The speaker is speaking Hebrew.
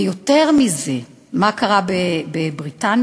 ויותר מזה, מה קרה בבריטניה?